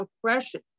oppression